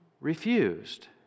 refused